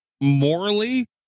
Morally